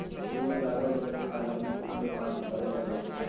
फूल में लागल रोग के कारणे फूल के पात झरे लगैए छइ